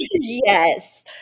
Yes